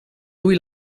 lui